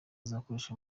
azakoreshwa